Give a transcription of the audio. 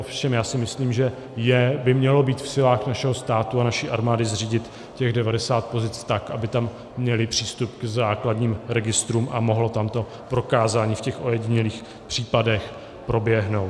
Ovšem já si myslím, že by mělo být v silách našeho státu a naší armády zřídit těch devadesát pozic tak, aby tam měli přístup k základním registrům a mohlo tam to prokázání v těch ojedinělých případech proběhnout.